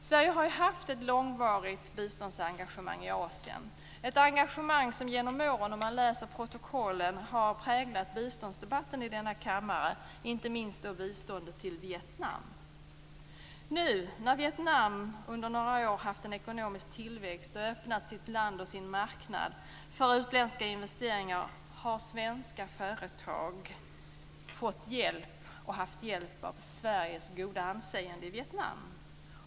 Sverige har ju haft ett långvarigt biståndsengagemang i Asien, ett engagemang som genom åren - det framgår om man läser protokollen - har präglat biståndsdebatten i denna kammare. Inte minst gäller det biståndet till Vietnam. Nu, när Vietnam under några år haft ekonomisk tillväxt och öppnat sitt land och sin marknad för utländska investeringar, har svenska företag haft hjälp av Sveriges goda anseende i Vietnam.